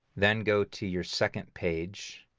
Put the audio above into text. then go to your second page